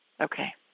Okay